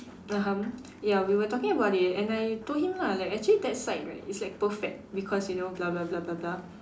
(uh huh) ya we were talking about it and then I told him lah like actually that side right is like perfect because you know blah blah blah blah blah